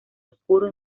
oscuro